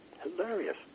Hilarious